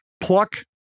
pluck